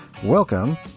Welcome